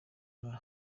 nka